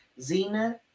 Zena